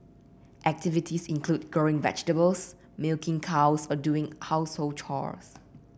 activities include growing vegetables milking cows or doing household chores